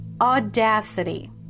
audacity